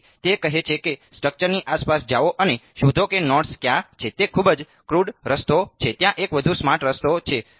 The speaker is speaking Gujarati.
તેથી તે કહે છે કે સ્ટ્રક્ચરની આસપાસ જાઓ અને શોધો કે નોડસ રસ્તો છે ત્યાં એક વધુ સ્માર્ટ રસ્તો છે